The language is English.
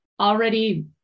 already